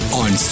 on